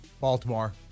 Baltimore